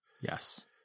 yes